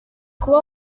kuba